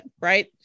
Right